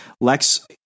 Lex